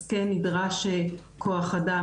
אז כן נדרש כוח אדם,